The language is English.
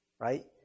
right